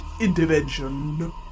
intervention